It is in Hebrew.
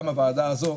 גם הוועדה הזו,